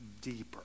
deeper